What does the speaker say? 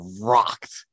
rocked